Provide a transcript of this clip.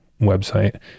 website